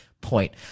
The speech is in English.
point